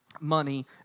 money